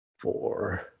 four